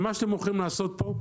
ומה שאתם הולכים לעשות פה,